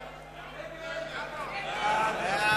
ההצעה להעביר את הצעת חוק-יסוד: תקציב המדינה